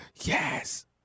Yes